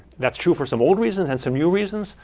that's true for some old reasons and some new reasons.